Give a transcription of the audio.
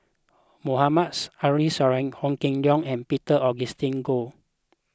Mohameds Ariff Suradi Ho Kah Leong and Peter Augustine Goh